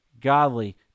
godly